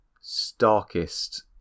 starkest